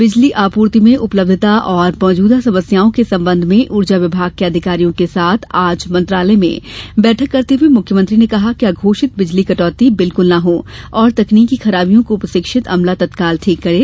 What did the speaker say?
बिजली आपूर्ति में उपलब्धता और मौजूदा समस्याओं के संबंध में ऊर्जा विभाग के अधिकारियों के साथ आज मंत्रालय में बैठक करते हुए मुख्यमंत्री ने कहा कि अघोषित बिजली कटौती बिल्कुल न हो और तकनीकी खराबियों को प्रशिक्षित अमला तत्काल ठीक करे